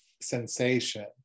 sensation